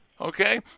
Okay